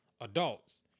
adults